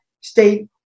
state